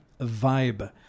vibe